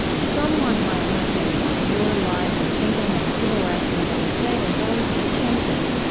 someone might look at your life and thinking and the civil rights movement and say there's always this tension